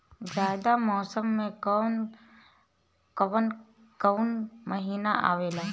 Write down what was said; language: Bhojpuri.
जायद मौसम में कौन कउन कउन महीना आवेला?